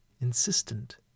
insistent